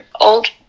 old